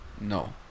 No